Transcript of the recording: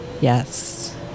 Yes